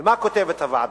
מה כותבת הוועדה: